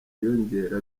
yiyongera